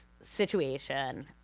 situation